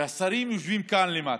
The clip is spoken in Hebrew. והשרים יושבים כאן למטה,